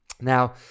Now